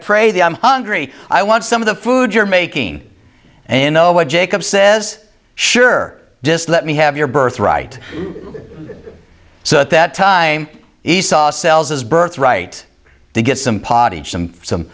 pray thee i'm hungry i want some of the food you're making and you know what jacob says sure just let me have your birthright so at that time esau sells his birthright to get some some